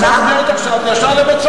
מה שאת אומרת עכשיו, זה ישר לבית-סוהר.